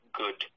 good